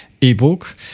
ebook